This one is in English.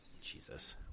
jesus